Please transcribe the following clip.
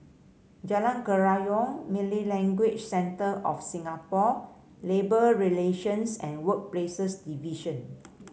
Jalan Kerayong Malay Language Centre of Singapore Labour Relations and Workplaces Division